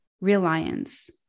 reliance